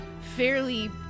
fairly